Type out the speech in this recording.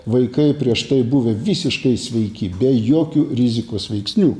vaikai prieš tai buvę visiškai sveiki be jokių rizikos veiksnių